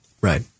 Right